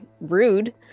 rude